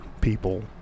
people